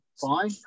fine